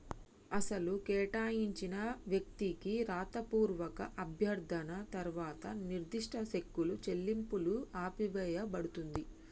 అసలు కేటాయించిన వ్యక్తికి రాతపూర్వక అభ్యర్థన తర్వాత నిర్దిష్ట సెక్కులు చెల్లింపులు ఆపేయబడుతుంది